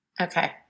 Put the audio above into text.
Okay